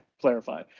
clarify